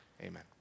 Amen